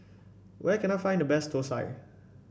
where can I find the best thosai